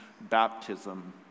baptism